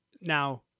Now